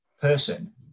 person